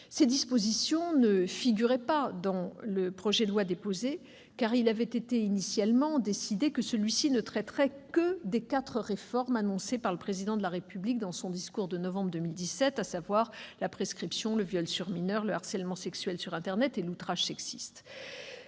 Ces dispositions ne figuraient pas dans le projet de loi initial, car il avait été alors décidé que celui-ci ne traiterait que des quatre réformes annoncées par le Président de la République dans son discours du mois de novembre 2017, à savoir la prescription, le viol sur mineur, le harcèlement sexuel sur internet et l'outrage sexiste.